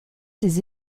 ses